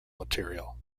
material